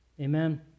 Amen